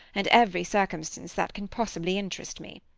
and every circumstance that can possibly interest me.